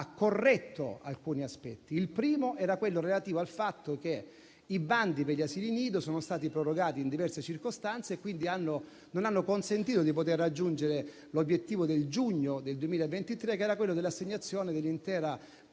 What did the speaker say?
corretto alcuni aspetti. Il primo riguarda il fatto che i bandi per gli asili nido sono stati prorogati in diverse circostanze, non consentendo quindi di raggiungere l'obiettivo del giugno del 2023, che era quello dell'assegnazione dell'intera